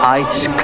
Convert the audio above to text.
ice